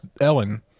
Ellen